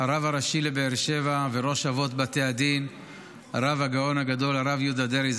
הרב הראשי לבאר שבע וראש אבות בתי הדין הרב הגאון הגדול הרב יהודה דרעי,